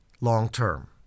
long-term